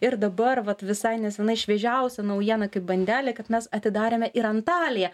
ir dabar vat visai neseniai šviežiausia naujiena kaip bandelė kad mes atidarėme ir antaliją